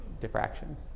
diffraction